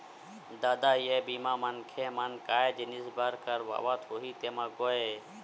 ददा ये बीमा मनखे मन काय जिनिय बर करवात होही तेमा गोय?